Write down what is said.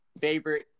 favorite